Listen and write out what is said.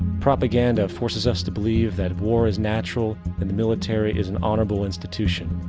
propaganda forces us to believe that war is natural and the military is an honorable institution.